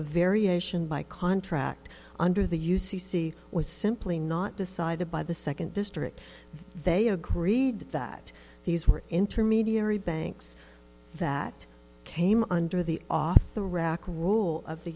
a variation by contract under the u c c was simply not decided by the second district they agreed that these were intermediary banks that came under the off the rack rule of the